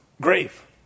Grave